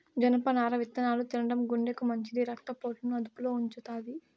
జనపనార విత్తనాలు తినడం గుండెకు మంచిది, రక్త పోటును అదుపులో ఉంచుతాయి